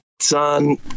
son